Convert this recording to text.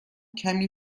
کمی